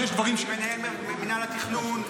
עם מינהל התכנון,